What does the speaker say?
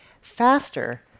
faster